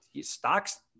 stocks